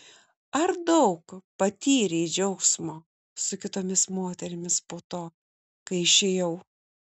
ar daug patyrei džiaugsmo su kitomis moterimis po to kai išėjau